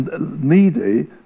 needy